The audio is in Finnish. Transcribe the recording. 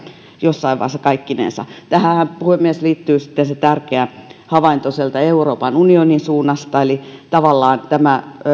jossain vaiheessa kaikkinensa tähänhän puhemies liittyy sitten se tärkeä havainto euroopan unionin suunnasta eli tavallaan tämä